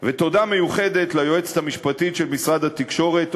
תודה מיוחדת ליועצת המשפטית של משרד התקשורת,